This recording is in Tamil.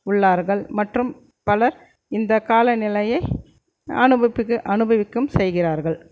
உள்ளார்கள் மற்றும் பலர் இந்த காலநிலையை அனுபவிக் அனுபவிக்கவும் செய்கிறார்கள்